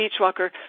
Beachwalker